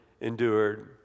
endured